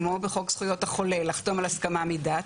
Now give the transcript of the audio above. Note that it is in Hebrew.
כמו בחוק זכויות החולה, לחתום על הסכמה מדעת.